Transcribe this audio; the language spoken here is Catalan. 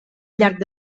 llarg